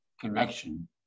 connection